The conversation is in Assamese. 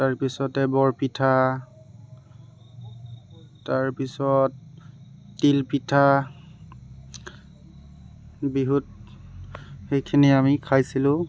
তাৰপিছতে বৰপিঠা তাৰপিছত তিলপিঠা বিহুত সেইখিনি আমি খাইছিলোঁ